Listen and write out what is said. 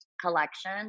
collection